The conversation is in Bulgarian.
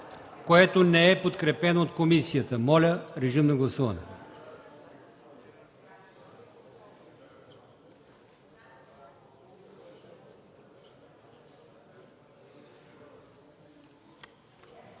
което не е подкрепено от комисията. Моля, гласувайте.